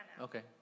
Okay